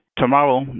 Tomorrow